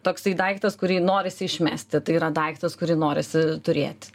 toksai daiktas kurį norisi išmesti tai yra daiktas kurį norisi turėti